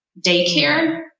daycare